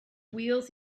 wheels